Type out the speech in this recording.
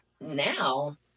now